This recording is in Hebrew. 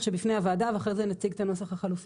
שבפני הוועדה ואחרי זה נציג את הנוסח החלופי.